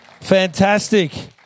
Fantastic